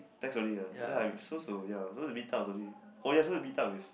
text only ah ya so so ya supposed to meet up with only ya supposed to meet up with